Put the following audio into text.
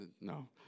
No